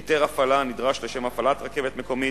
היתר הפעלה הנדרש לשם הפעלת רכבת מקומית,